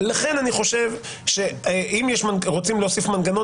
לכן אני חושב שאם רוצים להוסיף מנגנון